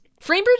Framebridge